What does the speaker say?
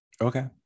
Okay